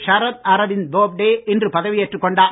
ஷரத் அரவிந்த் போப்டே இன்று பதவியேற்றுக் கொண்டார்